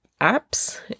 apps